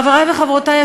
חברי וחברותי,